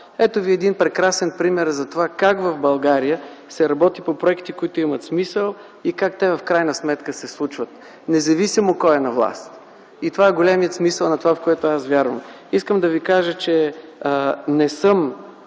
Ето Ви един прекрасен пример за това – как в България се работи по проекти, които имат смисъл, как те в крайна сметка се случват, независимо кой е на власт. И това е големият смисъл на това, в което аз вярвам. Искам да ви кажа, че не съм